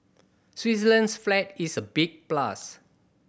Switzerland's flag is a big plus